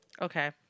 Okay